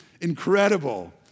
Incredible